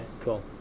cool